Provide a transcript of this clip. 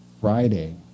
Friday